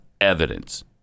evidence